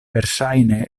verŝajne